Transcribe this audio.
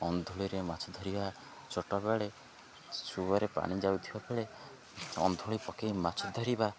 ଅନ୍ଧୁଳିରେ ମାଛ ଧରିବା ଚଛୋଟବେେଳେ ଶୁଆରେ ପାଣି ଯାଉଥିବା ବେଳେ ଅନ୍ଧୁଳି ପକେଇ ମାଛ ଧରିବା